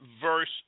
verse